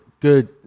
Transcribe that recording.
good